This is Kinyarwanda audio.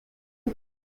omar